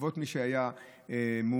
מי שהיה מאומת,